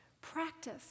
Practice